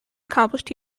accomplished